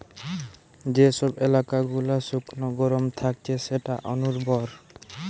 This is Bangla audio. যে সব এলাকা গুলা শুকনো গরম থাকছে সেটা অনুর্বর